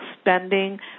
spending